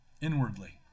inwardly